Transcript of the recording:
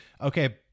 okay